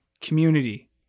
community